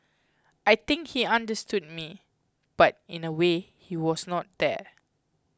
I think he understood me but in a way he was not there